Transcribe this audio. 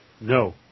No